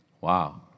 Wow